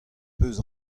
peus